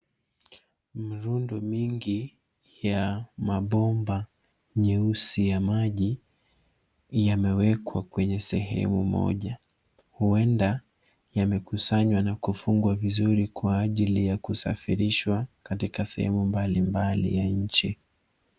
Mrundo mingi ya mabomba nyeusi ya maji yamewekwa kwenye sehemu moja, huenda yamekusanywa na kufungwa vizuri kwa ajili ya kusafirishwa katika sehemu mbalimbali ya nchi.